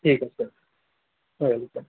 ঠিক আছে হয়